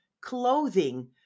clothing